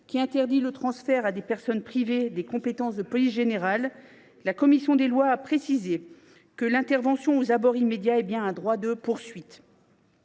qui interdit le transfert à des personnes privées des compétences de police générale, la commission des lois a précisé que l’intervention aux abords immédiats est bien un « droit de poursuite